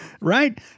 Right